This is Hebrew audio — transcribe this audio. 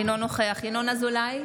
אינו נוכח ינון אזולאי,